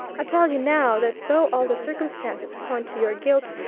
i tell you now that though all the circumstances point to your guilt,